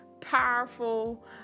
powerful